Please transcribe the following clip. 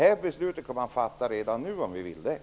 Men beslutet om förbud kan vi fatta redan nu.